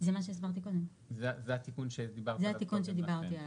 זה התיקון שדיברתי עליו.